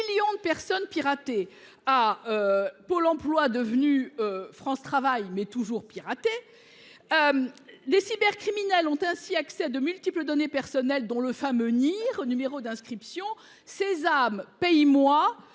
de personnes piratées à Pôle emploi, devenu France Travail, mais qui subit toujours ce piratage. Les cybercriminels ont ainsi accès à de multiples données personnelles, dont le fameux NIR, le Numéro d’inscription au répertoire